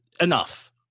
enough